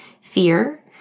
fear